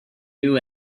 new